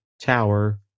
tower